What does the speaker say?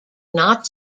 not